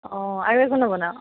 অঁ আৰু একো নবনাও